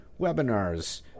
webinars